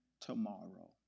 tomorrow